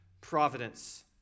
Providence